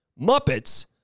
Muppets